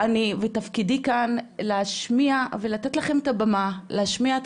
ותפקידי כאן להשמיע ולתת לכם את הבמה להשמיע את